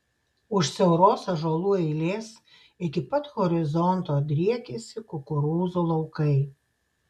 už siauros ąžuolų eilės iki pat horizonto driekiasi kukurūzų laukai